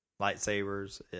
lightsabers